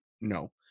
No